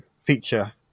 feature